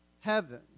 heaven